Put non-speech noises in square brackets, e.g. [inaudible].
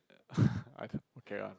[noise] I okay ah